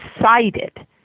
cited